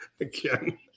again